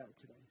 today